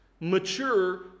mature